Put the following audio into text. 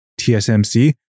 TSMC